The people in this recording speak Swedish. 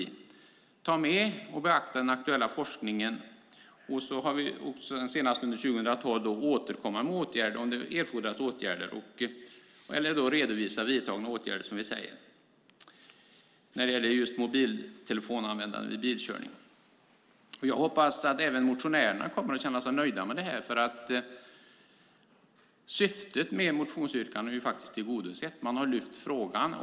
Man ska ta med och beakta den aktuella forskningen och senast under 2012 återkomma med åtgärder om sådana erfordras eller redovisa vidtagna åtgärder när det gäller mobiltelefonanvändande vid bilkörning. Jag hoppas att även motionärerna kommer att känna sig nöjda med det. Syftet med motionsyrkandena är ju tillgodosett. Man har lyft upp frågan.